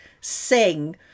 sing